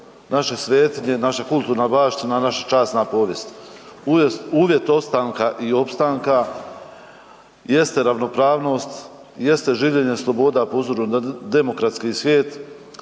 naše svetinje i naša kulturna baština, naša časna povijest. Uvjet ostanka i opstanka jeste ravnopravnost, jeste življenje sloboda po uzoru na demokratski svijet,